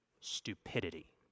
stupidity